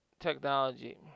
technology